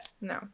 No